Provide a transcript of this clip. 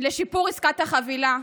לשיפור עסקת החבילה.